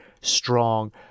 strong